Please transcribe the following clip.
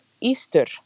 Easter